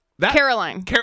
Caroline